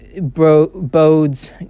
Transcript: bodes